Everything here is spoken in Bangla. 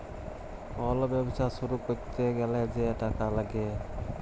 কল ব্যবছা শুরু ক্যইরতে গ্যালে যে টাকা ল্যাগে